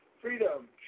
freedom